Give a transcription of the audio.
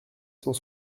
cent